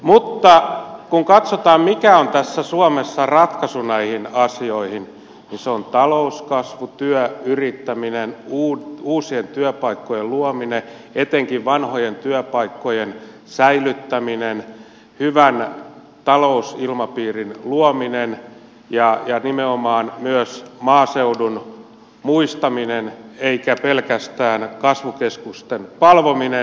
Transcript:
mutta kun katsotaan mikä on tässä suomessa ratkaisu näihin asioihin niin se on talouskasvu työ yrittäminen uusien työpaikkojen luominen etenkin vanhojen työpaikkojen säilyttäminen hyvän talousilmapiirin luominen ja nimenomaan myös maaseudun muistaminen eikä pelkästään kasvukeskusten palvominen